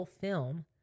film